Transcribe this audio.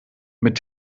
mit